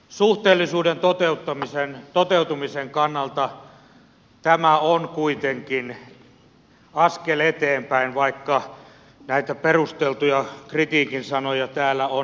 suhteellisuuden toteutumisen kannalta tämä on kuitenkin askel eteenpäin vaikka näitä perusteltuja kritiikin sanoja täällä on esitetty